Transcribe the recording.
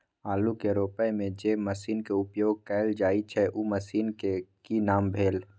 आलू के रोपय में जे मसीन के उपयोग कैल जाय छै उ मसीन के की नाम भेल?